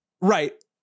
Right